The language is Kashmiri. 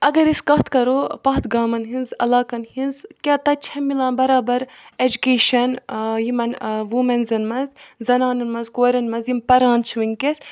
اگر أسۍ کَتھ کَرو پَتھ گامَن ہٕنٛز علاقَن ہِنٛز کیٛاہ تَتہِ چھَا مِلان بَرابَر ایٚجوٗکیشَن یِمَن وُمٮ۪نزَن منٛز زَنانَن منٛز کورٮ۪ن منٛز یِم پَران چھِ وٕنکٮ۪س